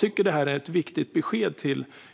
Detta är ett viktigt besked